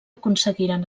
aconseguiren